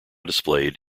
displayed